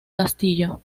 castillo